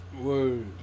Word